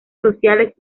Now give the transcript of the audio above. sociales